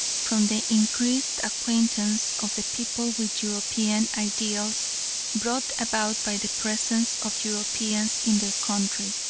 from the increased acquaintance of the people with european ideals brought about by the presence of europeans in their country,